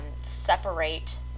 Separate